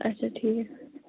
اَچھا ٹھیٖک